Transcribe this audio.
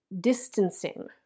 distancing